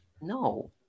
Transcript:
No